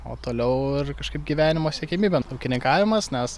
o toliau ir kažkaip gyvenimo siekiamybė ūkininkavimas nes